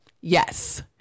Yes